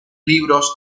libros